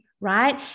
right